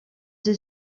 sie